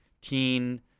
Teen